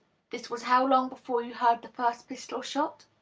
this was how long before you heard the first pistol-shot?